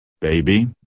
Baby